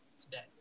Today